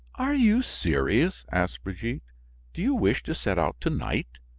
are you serious? asked brigitte do you wish to set out to-night?